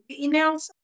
emails